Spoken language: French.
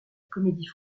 comédie